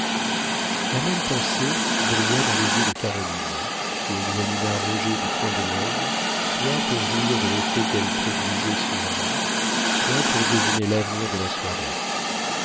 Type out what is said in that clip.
la même pensée brilla dans les yeux de caroline qui examina roger du coin de l'oeil soit pour jouir de l'effet qu'elle produisait sur lui soit pour deviner l'avenir de la soirée